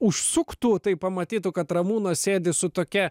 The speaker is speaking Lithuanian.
užsuktų tai pamatytų kad ramūnas sėdi su tokia